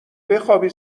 بخوابی